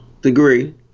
degree